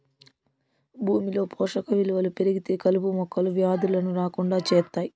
భూమిలో పోషక విలువలు పెరిగితే కలుపు మొక్కలు, వ్యాధులను రాకుండా చేత్తాయి